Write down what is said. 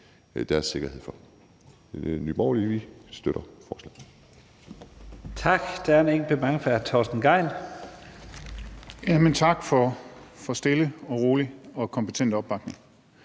deres sikkerhed for. Nye Borgerlige støtter forslaget.